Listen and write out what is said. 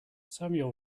samuel